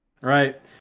right